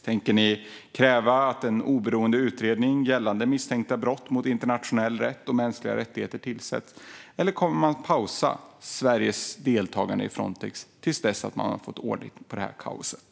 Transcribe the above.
Tänker ni kräva att en oberoende utredning gällande misstänkta brott mot internationell rätt och mänskliga rättigheter tillsätts, eller kommer ni att pausa Sveriges deltagande i Frontex till dess att man har fått ordning på kaoset?